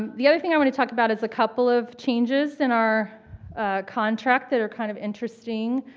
um the other thing i want to talk about is a couple of changes in our contract that are kind of interesting,